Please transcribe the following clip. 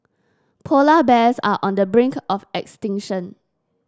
polar bears are on the brink of extinction